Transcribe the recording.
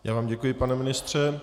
Já vám děkuji, pane ministře.